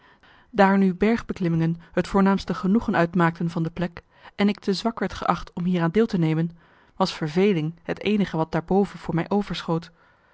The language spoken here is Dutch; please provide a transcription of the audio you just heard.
daar nu bergbeklimmingen het voornaamste genoegen uitmaakten van de plek en ik te zwak werd geacht om hieraan deel te nemen was verveling het eenige wat daarboven voor mij overschoot